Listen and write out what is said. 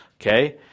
okay